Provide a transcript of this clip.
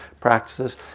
practices